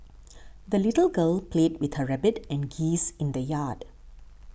the little girl played with her rabbit and geese in the yard